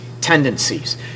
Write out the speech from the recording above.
tendencies